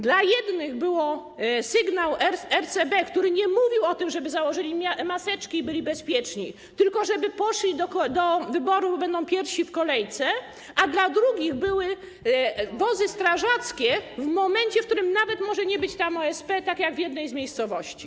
Dla jednych był sygnał RCB, który nie mówił o tym, żeby założyli maseczki i byli bezpieczni, tylko żeby poszli do wyborów, bo będą pierwsi w kolejce, a dla drugich były wozy strażackie w momencie, w którym nawet może nie być tam OSP, tak jak w jednej z miejscowości.